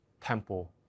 temple